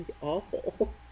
awful